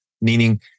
meaning